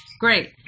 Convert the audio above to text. Great